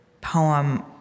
poem